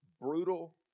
Brutal